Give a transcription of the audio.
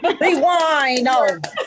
rewind